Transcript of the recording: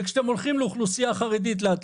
וכשאתם הולכים להתרים דם באוכלוסייה חרדית,